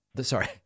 Sorry